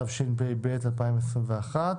התשפ"ב-2021.